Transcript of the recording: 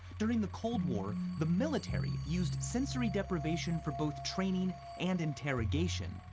during the cold war, the military used sensory deprivation for both training and interrogation.